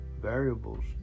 variables